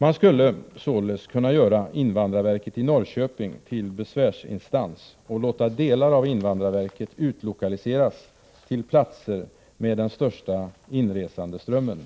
Man skulle således kunna göra invandrarverket i Norrköping till besvärsinstans och låta delar av invandrarverket utlokaliseras till de platser som har den största inresandeströmmen.